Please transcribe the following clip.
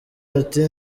ati